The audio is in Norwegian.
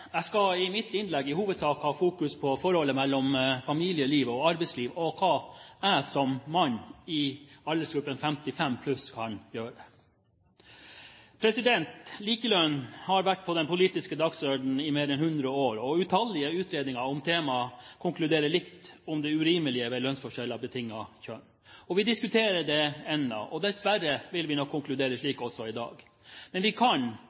Jeg skal i mitt innlegg i hovedsak ha fokus på forholdet mellom familieliv og arbeidsliv og hva jeg som mann i aldersgruppen 55 pluss kan gjøre. Likelønn har vært på den politiske dagsordenen i mer enn 100 år, og utallige utredninger om temaet konkluderer likt om det urimelige ved lønnsforskjeller betinget av kjønn. Vi diskuterer det ennå, og dessverre vil vi nok konkludere slik også i dag. Men vi kan